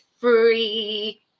free